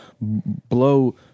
blow